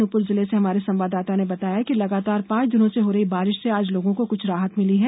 अनूपपुर से हमारे संवाददाता ने बताया कि लगातार पांच दिनों से हो रही बारिश से आज लोगों को कुछ राहत मिली है